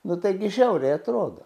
nu taigi žiauriai atrodo